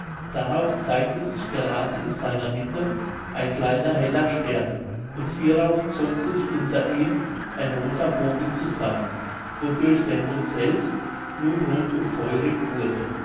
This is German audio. darauf zeigte sich gerade in seiner mitte ein kleiner heller stern und hierauf zog sich unter ihm ein rother bogen zusammen wodurch der mond selbst nun roth und feurig wurde